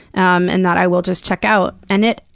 um and that i will just check out, and it.